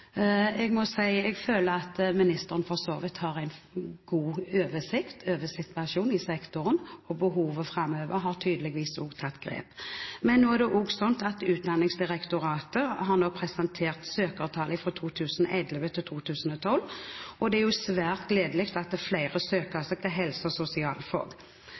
Jeg må si at jeg føler at ministeren for så vidt har en god oversikt over situasjonen i sektoren og behovet framover; hun har tydeligvis tatt grep. Utdanningsdirektoratet har presentert søkertallet 2011–2012, og det er jo svært gledelig at flere søker seg til helse- og